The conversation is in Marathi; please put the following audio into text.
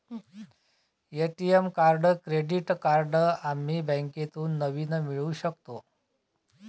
ए.टी.एम कार्ड क्रेडिट कार्ड आम्ही बँकेतून नवीन मिळवू शकतो